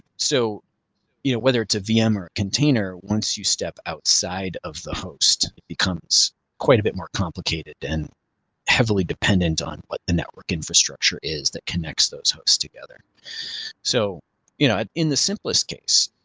so yeah whether it's a vm or a container, once you step outside of the host, it becomes quite a bit more complicated and heavily dependent on what the network infrastructure is that connects those host together so you know, in the simplest case,